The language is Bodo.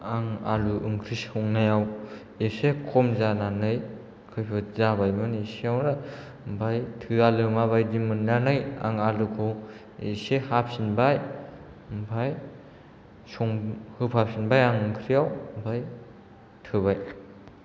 आं आलु ओंख्रि संनायाव इसे खम जानानै खैफोद जाबायमोन इसेयावनो ओमफ्राय थोवा लोमा बायदि मोननानै आं आलुखौ इसे हाफिनबाय ओमफ्राय संनो होफादेरफिनबाय आं ओंख्रियाव ओमफ्राय थोबाय